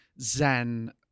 Zen